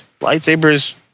Lightsabers